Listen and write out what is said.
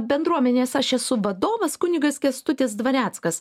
bendruomenės aš esu vadovas kunigas kęstutis dvareckas